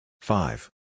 Five